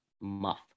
Muff